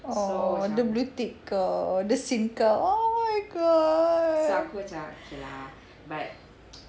!aww! dia blue tick kau oh dia seen kau oh my god